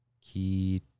Key